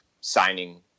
signing